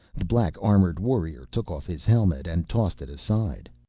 the black-armored warrior took off his helmet and tossed it aside.